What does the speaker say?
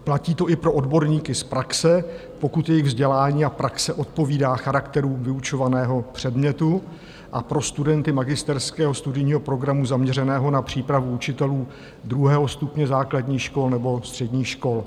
Platí to i pro odborníky z praxe, pokud jejich vzdělání a praxe odpovídají charakteru vyučovaného předmětu, a pro studenty magisterského studijního programu zaměřeného na přípravu učitelů druhého stupně základních škol nebo středních škol.